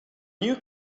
new